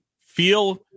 feel –